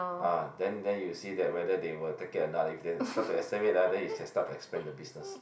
ah then then you see that whether they will take it or not if they start to accept it ah then you can start to expand the business